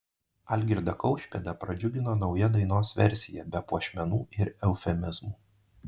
algirdą kaušpėdą pradžiugino nauja dainos versija be puošmenų ir eufemizmų